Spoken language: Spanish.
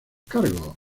cargos